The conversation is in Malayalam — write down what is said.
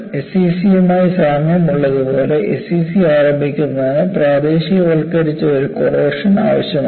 എസ്സിസിയുമായി സാമ്യം ഉള്ളതുപോലെ എസ്സിസി ആരംഭിക്കുന്നതിന് പ്രാദേശികവൽക്കരിച്ച ഒരു കൊറോഷൻ ആവശ്യമാണ്